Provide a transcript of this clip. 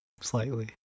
slightly